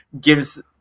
gives